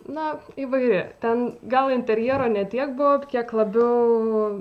na įvairi ten gal interjero ne tiek buvo kiek labiau